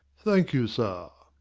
thank you, sir.